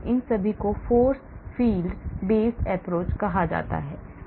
इन सभी को force field based approach कहा जाता है